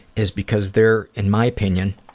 is because there, in my opinion,